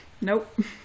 Nope